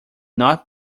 not